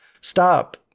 stop